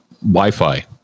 Wi-Fi